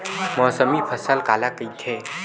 मौसमी फसल काला कइथे?